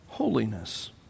holiness